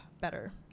better